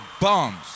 bombs